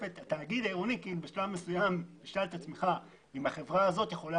--- תשאל את עצמך אם החברה הזאת יכולה